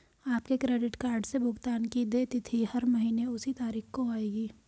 आपके credit card से भुगतान की देय तिथि हर महीने उसी तारीख को आएगी